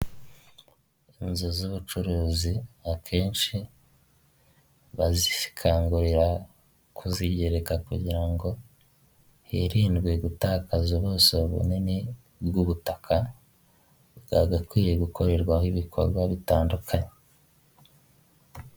Inzu z'ubucuruzi akenshi bazikangurira kuzigereka kugira ngo hirindwe gutakaza ubuso bunini bw'ubutaka bwagakwiye gukorerwaho ibikorwa bitandukanye.